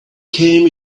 came